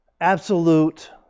absolute